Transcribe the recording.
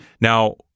Now